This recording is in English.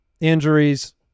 Injuries